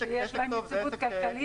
שיש להם יציבות כלכלית?